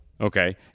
okay